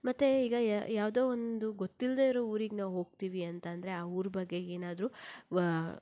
ಮತ್ತೆ ಈಗ ಯಾವುದೋ ಒಂದು ಗೊತ್ತಿಲ್ಲದೆ ಇರೋ ಊರಿಗೆ ನಾವು ಹೋಗ್ತೀವಿ ಅಂತಂದರೆ ಆ ಊರ ಬಗ್ಗೆ ಏನಾದರೂ